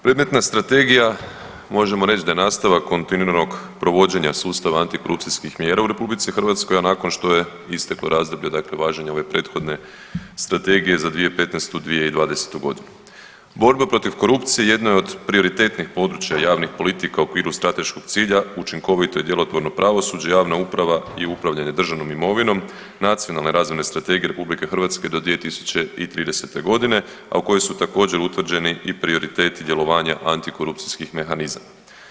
Predmetna Strategija možemo reći da je nastavak kontinuiranog provođenja sustava antikorupcijskih mjera u RH, a nakon što je isteklo razdoblje dakle važenja ove prethodne strategije za 2015.-2020.g. Borba protiv korupcije jedna je od prioritetnih područja javnih politika u okviru strateškog cilja učinkovito i djelotvorno pravosuđe, javna uprava i upravljanje državnom imovinom Nacionalne razvojne strategije RH do 2030.g., a u kojoj su također utvrđeni i prioriteti djelovanja antikorupcijskih mehanizama.